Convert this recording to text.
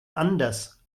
anders